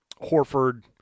Horford